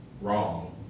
wrong